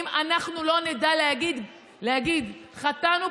אם אנחנו לא נדע להגיד: חטאנו,